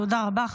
תודה רבה.